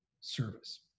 service